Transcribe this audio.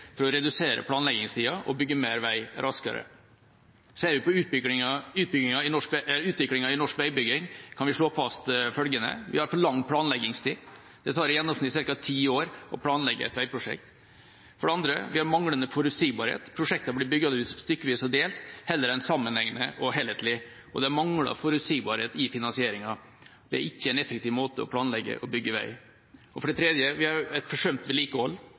for å redusere planleggingstida og bygge mer vei raskere. Ser vi på utviklinga i norsk veibygging, kan vi slå fast følgende: Vi har for lang planleggingstid. Det tar i gjennomsnitt ca. ti år å planlegge et veiprosjekt. For det andre: Vi har manglede forutsigbarhet. Prosjektene blir bygd ut stykkevis og delt heller enn sammenhengende og helhetlig, og det mangler forutsigbarhet i finansieringa. Det er ikke en effektiv måte å planlegge og bygge vei på. For det tredje: Vi har et forsømt vedlikehold.